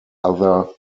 other